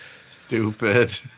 stupid